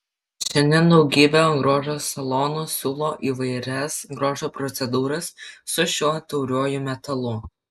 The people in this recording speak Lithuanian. šiandien daugybė grožio salonų siūlo įvairias grožio procedūras su šiuo tauriuoju metalu